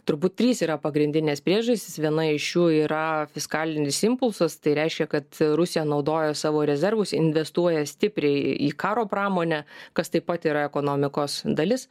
turbūt trys yra pagrindinės priežastys viena iš jų yra fiskalinis impulsas tai reiškia kad rusija naudoja savo rezervus investuoja stipriai į karo pramonę kas taip pat yra ekonomikos dalis